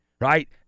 Right